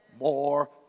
More